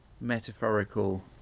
metaphorical